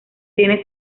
tiene